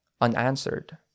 unanswered